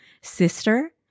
Sister